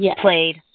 played